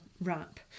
wrap